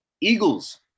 Eagles